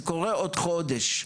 זה קורה עוד חודש.